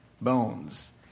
bones